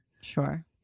Sure